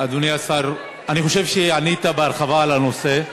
אדוני השר, אני חושב שענית בהרחבה על הנושא.